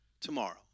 tomorrow